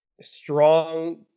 strong